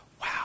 wow